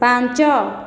ପାଞ୍ଚ